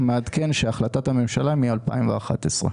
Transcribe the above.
מעדכן שהחלטת הממשלה היא מ-2011.